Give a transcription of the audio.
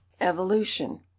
Evolution